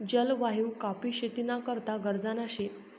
जलवायु काॅफी शेती ना करता गरजना शे